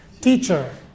Teacher